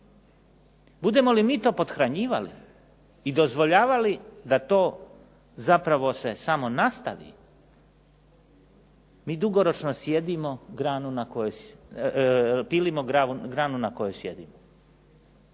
Budemo li mi to pothranjivali i dozvoljavali da to zapravo se samo nastavi, mi dugoročno pilimo granu na kojoj sjedimo.